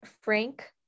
frank